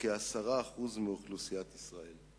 בכ-10% מאוכלוסיית ישראל.